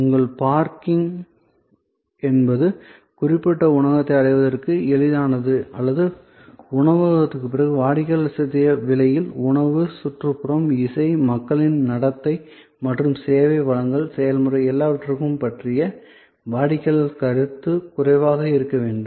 உங்கள் பார்க்கிங் என்பது குறிப்பிட்ட உணவகத்தை அடைவதற்கு எளிதானது அல்லது உணவுக்குப் பிறகு வாடிக்கையாளர் செலுத்திய விலையில் உணவு சுற்றுப்புறம் இசை மக்களின் நடத்தை மற்றும் சேவை வழங்கல் செயல்முறை எல்லாவற்றையும் பற்றிய வாடிக்கையாளர் கருத்து குறைவாக இருக்க வேண்டும்